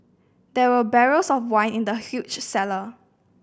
there were barrels of wine in the huge cellar